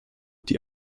die